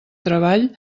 treball